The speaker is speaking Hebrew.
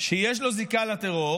שיש לו זיקה לטרור,